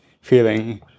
feeling